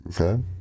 Okay